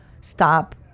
stop